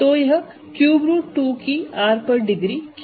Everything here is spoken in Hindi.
तो ∛2 की R पर डिग्री क्या है